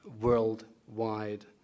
worldwide